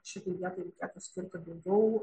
šitai vietai reikėtų skirti daugiau